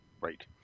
Right